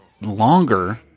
longer